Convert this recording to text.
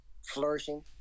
flourishing